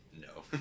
no